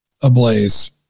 ablaze